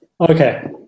Okay